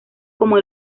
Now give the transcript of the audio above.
como